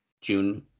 June